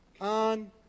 on